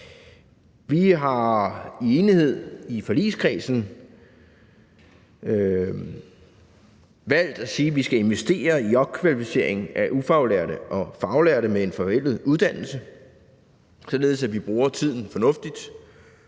Vi har i enighed i forligskredsen valgt at sige, at vi skal investere i opkvalificering af ufaglærte og faglærte med en forældet uddannelse, således at vi bruger tiden fornuftigt,